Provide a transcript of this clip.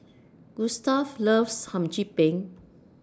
Gustave loves Hum Chim Peng